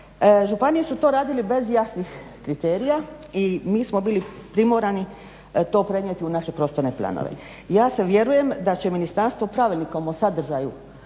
Županije su to radile bez jasnih kriterija i mi smo bili primorani to prenijeti u naše prostorne planove. Ja vjerujem da će ministarstvo Pravilnikom o sadržaju